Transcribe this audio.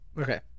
Okay